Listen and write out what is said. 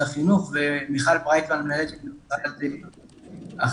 החינוך ומיכל ברייטמן מנהלת תחום ריאות.